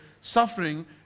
suffering